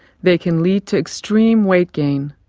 they can lead to extreme weight gain,